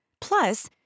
Plus